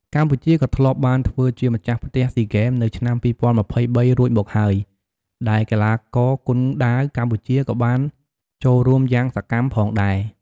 កម្ពុជាក៏ធ្លាប់បានធ្វើជាម្ចាស់ផ្ទះស៊ីហ្គេមនៅឆ្នាំ២០២៣រួចមកហើយ ដែលកីឡាករគុនដាវកម្ពុជាក៏បានចូលរួមយ៉ាងសកម្មផងដែរ។